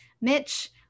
Mitch